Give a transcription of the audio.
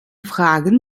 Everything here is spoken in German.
fragen